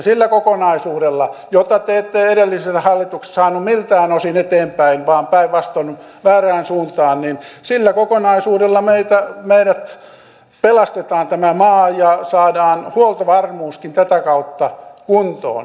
sillä kokonaisuudella jota te ette edellisessä hallituksessa saaneet miltään osin eteenpäin vaan päinvastoin väärään suuntaan pelastetaan tämä maa ja saadaan huoltovarmuuskin tätä kautta kuntoon